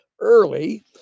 early